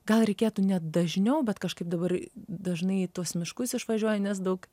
gal reikėtų net dažniau bet kažkaip dabar dažnai į tuos miškus išvažiuoju nes daug